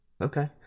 okay